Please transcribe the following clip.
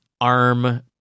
ARM